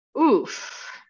oof